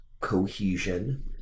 cohesion